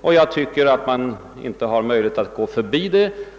och jag tycker inte att man har någon möjlighet att gå förbi det.